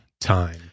time